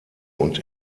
und